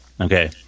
Okay